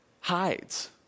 hides